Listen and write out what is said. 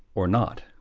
or not.